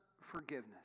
forgiveness